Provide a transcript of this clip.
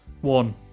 One